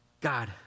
God